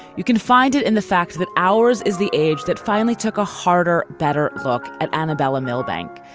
you can find it in the fact that ours is the age that finally took a harder, better look at anabella millbank.